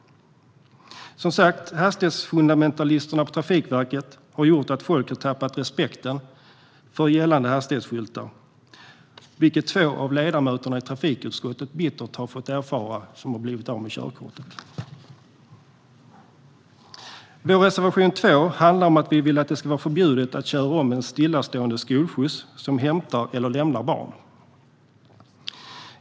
Som sagt har hastighetsfundamentalisterna på Trafikverket gjort att folk tappat respekten för gällande hastighetsskyltar, vilket två av ledamöterna i trafikutskottet bittert har fått erfara genom att bli av med körkortet. Vår reservation 2 handlar om att vi vill att det ska vara förbjudet att köra om en stillastående skolskjuts som hämtar eller lämnar barn.